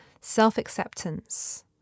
self-acceptance